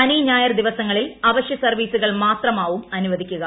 ശനി ഞായർ ദിവസങ്ങളിൽ അവശ്യ സർവീസുകൾ മാത്രമാവും അനുവദിക്കുക